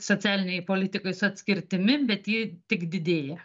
socialinėj politikoj su atskirtimi bet ji tik didėja